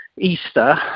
Easter